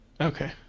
Okay